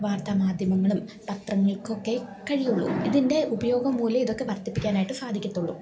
വാർത്താമാദ്ധ്യമങ്ങള്ക്കും പത്രങ്ങൾക്കുമൊക്കെയെ കഴിയുകയുള്ളൂ ഇതിൻ്റെ ഉപയോഗം മൂലമേ ഇതൊക്കെ വർദ്ധിപ്പിക്കാനായിട്ട് സാധിക്കുകയുള്ളൂ